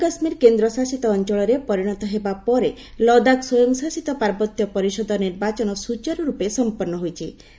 ଜାନ୍ମୁ କାଶ୍ମୀର କେନ୍ଦ୍ରଶାସିତ ଅଞ୍ଚଳରେ ପରିଣତ ହେବା ପରେ ଲଦାଖ ସ୍ୱୟଂ ଶାସିତ ପାର୍ବତ୍ୟ ପରିଷଦ ନିର୍ବାଚନ ସୁଚାରୁ ରୂପେ ସମ୍ପନ୍ଧ ହୋଇଛି